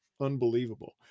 unbelievable